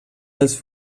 dels